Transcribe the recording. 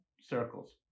circles